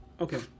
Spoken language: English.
Okay